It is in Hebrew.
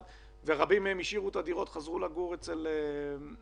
כשרבים מהם השאירו את הדירות וחזרו לגור אצל ההורים,